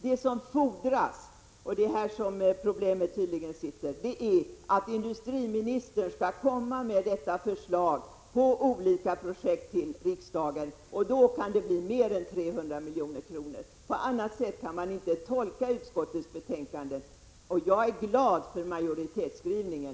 Vad som fordras är — och det är tydligen där problemet ligger — att industriministern skall komma med förslag till riksdagen på olika projekt. Då kan det bli mer än 300 milj.kr. På annat sätt kan man inte tolka utskottets betänkande. Jag är glad för majoritetsskrivningen.